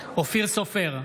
אופיר סופר,